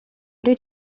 did